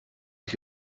ich